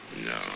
No